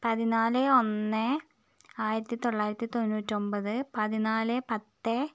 പതിനാല് ഒന്ന് ആയിരത്തിത്തൊള്ളായിരത്തി തൊണ്ണൂറ്റൊമ്പത് പതിനാല് പത്ത്